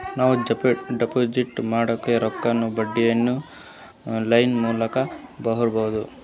ನಾವು ಡಿಪಾಜಿಟ್ ಮಾಡಿದ ರೊಕ್ಕಕ್ಕೆ ಬಡ್ಡಿಯನ್ನ ಆನ್ ಲೈನ್ ಮೂಲಕ ತಗಬಹುದಾ?